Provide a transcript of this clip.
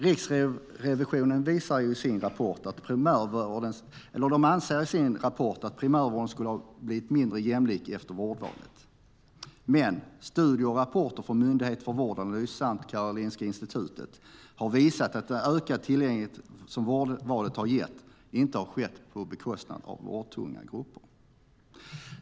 Riksrevisionen anser i sin rapport att primärvården skulle ha blivit mindre jämlik efter vårdvalet. Men studier och rapporter från Myndigheten för vårdanalys samt Karolinska Institutet har visat att den ökade tillgänglighet som vårdvalet har gett inte har skett på bekostnad av vårdtunga grupper.